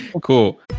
Cool